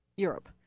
Europe